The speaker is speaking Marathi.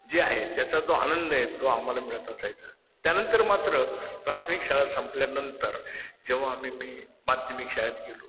जे आहे त्याचा जो आनंद आहे तो आम्हाला मिळत असायचा त्यानंतर मात्र प्राथमिक शाळा संपल्यानंतर जेव्हा आम्ही मी माध्यमिक शाळेत गेलो